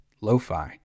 lo-fi